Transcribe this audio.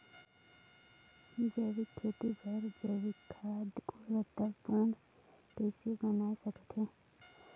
जैविक खेती बर जैविक खाद गुणवत्ता पूर्ण कइसे बनाय सकत हैं?